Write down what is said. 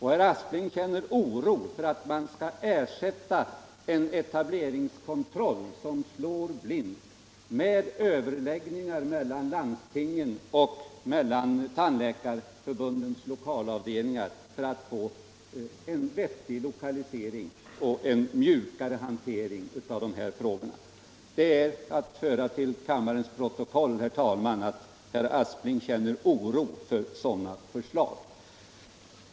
Herr Aspling känner oro för att man skall ersätta en etableringskontroll som slår blint med överläggningar mellan landstingen och Tandläkarförbundets lokalavdelningar för att få en vettig lokalisering och en mjukare hantering av dessa frågor. Det är upplysande att föra till kammarens protokoll, herr talman, att herr Aspling känner oro för sådana förslag.